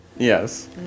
Yes